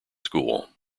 school